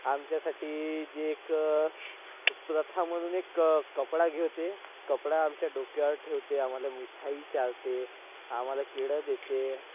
आमच्यासाठी जे एक प्रथा म्हणून एक कपडा घेते कपडा आमच्या डोक्यावर ठेवते आम्हाला मिठाई चारते आम्हाला केळं देते